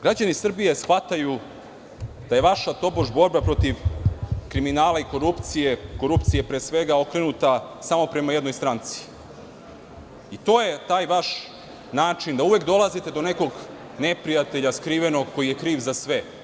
Građani Srbije shvataju da je vaša tobož borba protiv kriminala i korupcije, pre svega korupcije okrenuta samo prema jednoj stranci i to je taj vaš način da uvek dolazite do nekog neprijatelja skrivenog koji je kriv za sve.